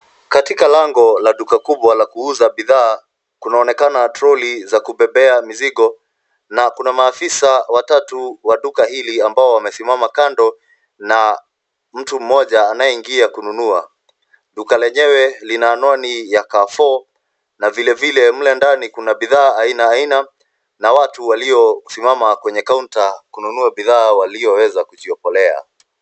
Katika lango la duka kubwa la kuuza bidhaa, kunaonekana trolley za kubebea mizigo na kuna maafisa watatu wa duka hili ambao wamesimama kando, na mtu mmoja anayeingia kununua. Duka lenyewe lina anwani ya Carrefour na vile vile mle ndani kuna bidhaa aina aina na watu waliosimama kwenye kaunta kununua bidhaa walioweza kujiokolea.